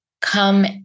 come